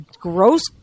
gross